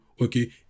okay